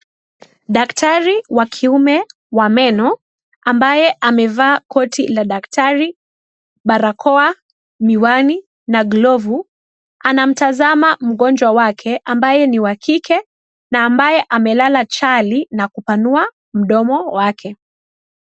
Daktari wa kiume wa meno ambaye amevaa koti la daktari, barakoa, miwani, na glovu anamtazama mgonjwa wake ambaye ni wa kike na ambaye amelala chali na kupanua mdomo wake.